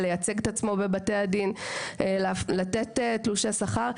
לייצג את עצמו בבתי הדין ולתת תלושי שכר.